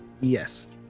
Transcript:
Yes